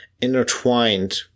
intertwined